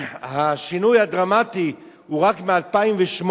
השינוי הדרמטי, הוא רק מ-2008,